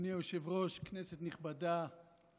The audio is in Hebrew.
אדוני היושב-ראש, כנסת נכבדה,